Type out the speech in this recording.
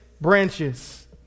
branches